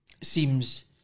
seems